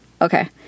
Okay